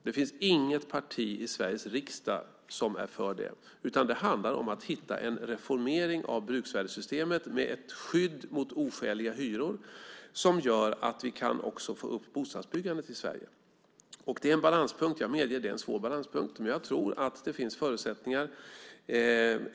Det finns inget parti i Sveriges riksdag som är för det, utan det handlar om att hitta en reformering av bruksvärdessystemet med ett skydd mot oskäliga hyror som gör att vi även kan få upp bostadsbyggandet i landet. Jag medger att det är en svår balansgång, men jag tror att det finns förutsättningar.